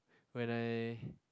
when I